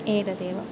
एतदेव